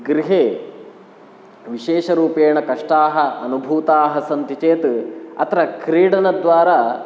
गृहे विशेषरूपेण कष्टाः अनुभूताः सन्ति चेत् अत्र क्रीडनद्वारा